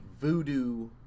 voodoo